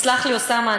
יסלח לי אוסאמה,